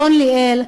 אלון ליאל,